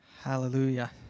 Hallelujah